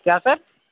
کیا سر